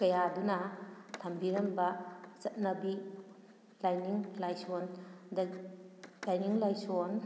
ꯀꯌꯥꯗꯨꯅ ꯊꯝꯕꯤꯔꯝꯕ ꯆꯠꯅꯕꯤ ꯂꯥꯏꯅꯤꯡ ꯂꯥꯏꯁꯣꯟꯗ ꯂꯥꯏꯅꯤꯡ ꯂꯥꯏꯁꯣꯟ